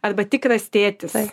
arba tikras tėtis